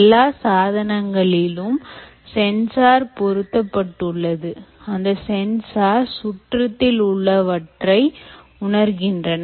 எல்லா சாதனங்களிலும் சென்சார் பொருத்தப்பட்டுள்ளது அந்த சென்சார் சுற்றத்தில் உள்ளவற்றை உணர்கின்றன